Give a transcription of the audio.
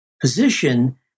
position